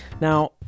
Now